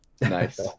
Nice